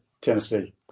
Tennessee